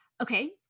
Okay